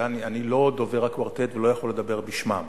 דני, אני לא דובר הקוורטט ולא יכול לדבר בשמם.